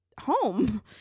home